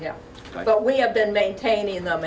yeah but we have been maintaining the